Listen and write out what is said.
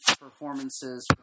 performances